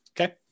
okay